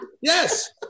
yes